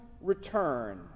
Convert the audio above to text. return